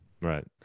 Right